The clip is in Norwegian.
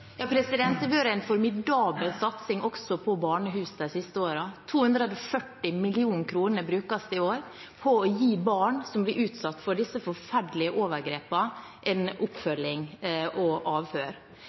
Det har vært en formidabel satsing på barnehusene de siste årene. 240 mill. kr brukes i år på å gi barn som blir utsatt for disse forferdelige